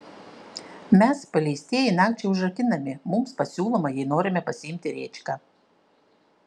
mes paleistieji nakčiai užrakinami mums pasiūloma jei norime pasiimti rėčką